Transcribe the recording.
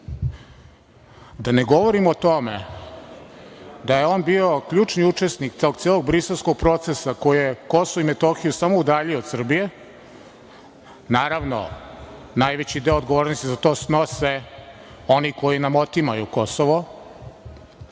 da ne govorim o tome da je on bio ključni učesnik tog celog Briselskog procesa koje je Kosovo i Metohiju samo udaljilo od Srbije. Naravno, najveći deo odgovornosti za to snose oni koji nam otimaju Kosovo,